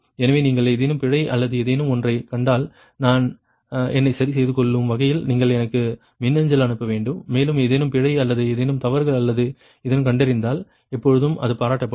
எனவே நீங்கள் ஏதேனும் பிழை அல்லது ஏதேனும் ஒன்றைக் கண்டால் நான் என்னைச் சரிசெய்துகொள்ளும் வகையில் நீங்கள் எனக்கு மின்னஞ்சல் அனுப்ப வேண்டும் மேலும் ஏதேனும் பிழை அல்லது ஏதேனும் தவறுகள் அல்லது ஏதேனும் கண்டறிந்தால் எப்போதும் அது பாராட்டப்படும்